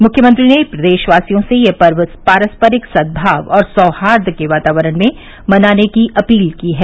मुख्यमंत्री ने प्रदेशवासियों से यह पर्व पारस्परिक सद्भाव और सौहार्द के वातावरण में मनाने की अपील की है